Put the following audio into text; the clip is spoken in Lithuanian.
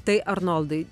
tai arnoldai